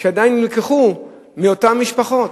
שעדיין נלקחו מאותן משפחות,